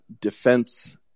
defense